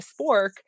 spork